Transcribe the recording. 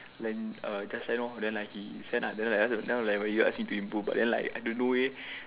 then uh just send lor then like he send lah then like you ask me to improve but then like I don't know leh